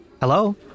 Hello